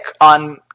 on